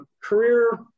career